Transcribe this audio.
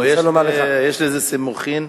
יש לזה סימוכין?